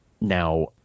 Now